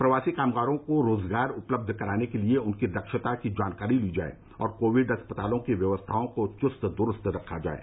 प्रवासी कामगारों को रोजगार उपलब्ध कराने के लिए उनकी दक्षता की जानकारी ली जाये और कोविड अस्पतालों की व्यवस्थाओं को चुस्त दुरूस्त रखा जाये